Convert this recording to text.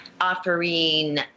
offering